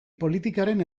politikaren